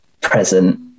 present